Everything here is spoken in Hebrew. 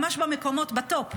ממש בטופ,